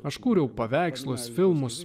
aš kūriau paveikslus filmus